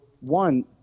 one